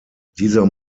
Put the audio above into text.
dieser